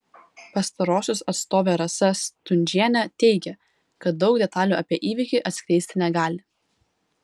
pastarosios atstovė rasa stundžienė teigė kad daug detalių apie įvykį atskleisti negali